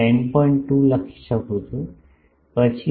2 લખી શકું છું પછી 1